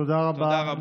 תודה רבה.